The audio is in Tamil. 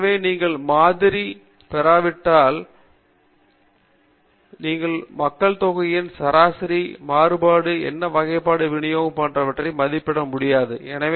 எனவே நீங்கள் மாதிரியைப் பெற்றுவிட்டால் மக்கள் தொகையின் சராசரி மாறுபாடு என்ன வகையான விநியோகம் போன்றவற்றை மதிப்பிடலாம்